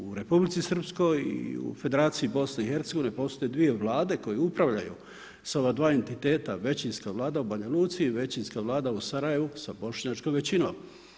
U Republici Srpskoj i u federaciji BiH postoje dvije vlade koje upravljaju s ova dva entiteta, većinska vlada u Banja luci i većinska vlada u Sarajevu sa bošnjačkom većinom.